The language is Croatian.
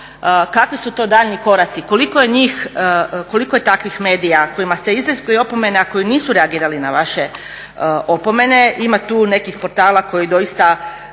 Kakvi su to daljnji koraci, koliko je njih, koliko je takvih medija kojima ste izrekli opomene a koji nisu reagirali na vaše opomene. Ima tu nekih portala koji doista